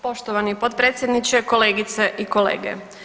Poštovani potpredsjedniče, kolegice i kolege.